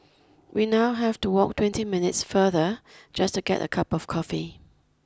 we now have to walk twenty minutes farther just to get a cup of coffee